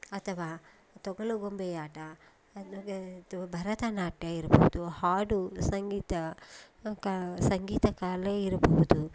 ಅಥವಾ ತೊಗಲು ಗೊಂಬೆಯಾಟ ಅಲ್ಲದೆ ಭರತನಾಟ್ಯ ಇರ್ಬೋದು ಹಾಡು ಸಂಗೀತ ಕಾ ಸಂಗೀತ ಕಲೆ ಇರ್ಬೋದು